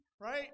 Right